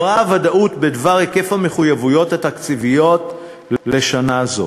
הוודאות בדבר היקף המחויבויות התקציביות לשנה זו,